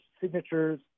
signatures